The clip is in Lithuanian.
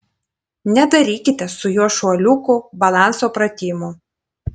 nedarykite su juo šuoliukų balanso pratimų